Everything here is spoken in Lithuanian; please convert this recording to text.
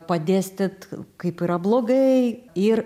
padėstyt kaip yra blogai ir